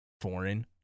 foreign